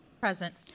Present